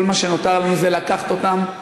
כל מה שנותר לנו זה לקחת אותן,